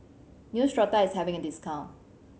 neostrata is having a discount